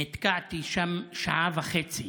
נתקעתי שם שעה וחצי